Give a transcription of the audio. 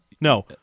No